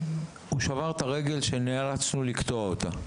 הוא שבר את הרגל ונאלצנו לקטוע אותה,